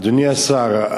אדוני השר,